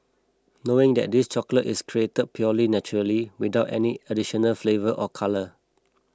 knowing that this chocolate is created purely naturally without any additional flavour or colour